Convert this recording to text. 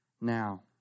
Now